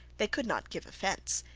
they could not give offence.